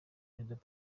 perezida